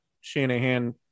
Shanahan